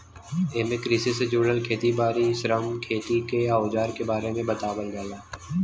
एमे कृषि के जुड़ल खेत बारी, श्रम, खेती के अवजार के बारे में बतावल जाला